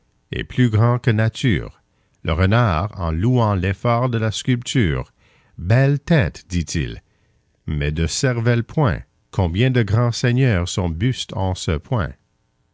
et plus grand que nature le renard en louant l'effort de la sculpture belle tête dit-il mais de cervelle point combien de grands seigneurs sont bustes en ce point